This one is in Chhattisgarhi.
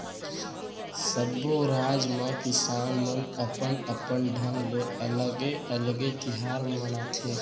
सब्बो राज म किसान मन अपन अपन ढंग ले अलगे अलगे तिहार मनाथे